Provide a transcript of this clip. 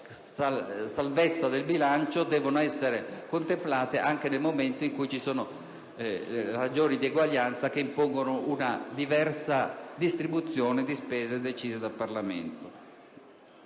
"salvezza" del bilancio vanno contemplate anche nel momento in cui si evidenziano ragioni di eguaglianza che impongono una diversa distribuzione di spese decisa dal Parlamento.